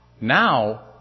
now